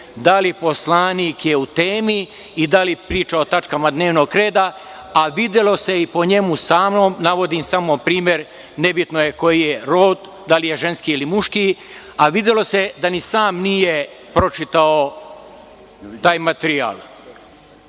da li je poslanik u temi i da li priča o tačkama dnevnog reda, a videlo se i po njemu samom, navodim samo primer, nebitno je koji je rod, da li je ženski ili muški, a videlo se da ni sam nije pročitao taj materijal.